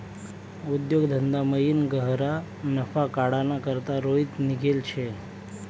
उद्योग धंदामयीन गह्यरा नफा काढाना करता रोहित निंघेल शे